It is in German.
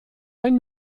ein